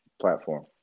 platform